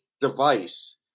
device